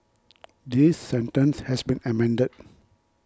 this sentence has been amended